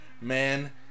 man